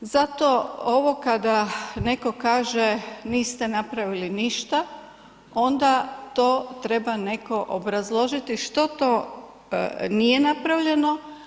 Zato ovo kada netko kaže niste napravili ništa, onda to treba netko obrazložiti što to nije napravljeno.